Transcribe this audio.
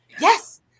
yes